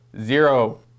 zero